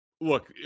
look